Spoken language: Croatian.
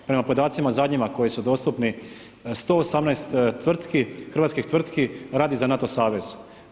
Prema podacima zadnjima, koji su dostupni, 118 hrvatskih tvrtki, radi za NATO savez.